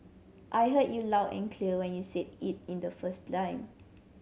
I heard you loud and clear when you said it in the first